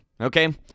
okay